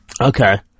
Okay